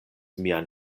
mian